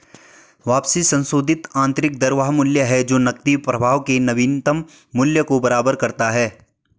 वापसी की संशोधित आंतरिक दर वह मूल्य है जो नकदी प्रवाह के नवीनतम मूल्य को बराबर करता है